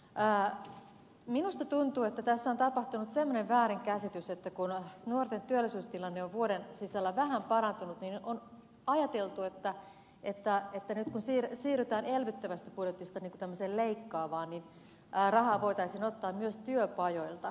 mutta minusta tuntuu että tässä on tapahtunut semmoinen väärinkäsitys että kun nuorten työllisyystilanne on vuoden sisällä vähän parantunut niin on ajateltu että nyt kun siirrytään elvyttävästä budjetista leikkaavaan niin rahaa voitaisiin ottaa myös työpajoilta